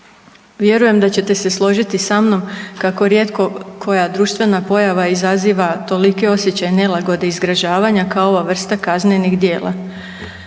Vjerujem da ćete se složiti sa mnom kako rijetko koja društvena pojava izaziva toliki osjećaj nelagode i zgražavanja kao ova vrsta kaznenih djela.